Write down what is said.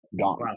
gone